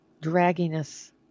dragginess